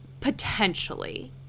potentially